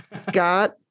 Scott